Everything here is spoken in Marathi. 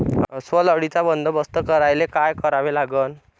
अस्वल अळीचा बंदोबस्त करायले काय करावे लागन?